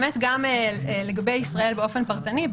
לגבי ישראל באופן פרטני,